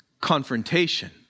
confrontation